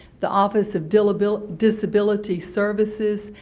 the office of disability disability services,